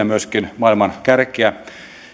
myöskin maailman kärkeä